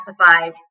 classified